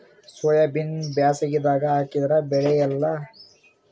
ಸೋಯಾಬಿನ ಬ್ಯಾಸಗ್ಯಾಗ ಹಾಕದರ ಬೆಳಿಯಲ್ಲಾ?